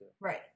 Right